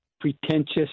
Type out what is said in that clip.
pretentious